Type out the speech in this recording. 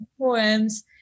poems